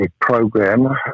program